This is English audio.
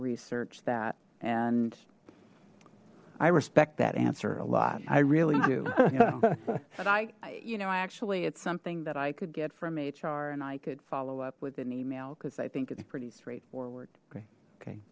research that and i respect that answer a lot i really do but i you know actually it's something that i could get from hr and i could follow up with an email because i think it's pretty straightforward great okay